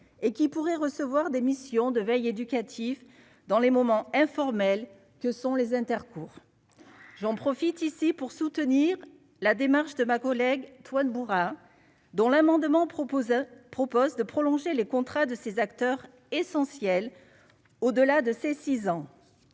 et qui pourrait recevoir des missions de veille éducative dans les moments informels que sont les intercours, j'en profite ici pour soutenir la démarche de ma collègue toi de dont l'amendement proposé propose de prolonger les contrats de ses acteurs essentiels, au-delà de ces 6 ans